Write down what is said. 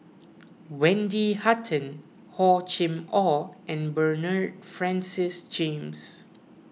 Wendy Hutton Hor Chim or and Bernard Francis James